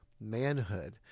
manhood